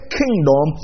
kingdom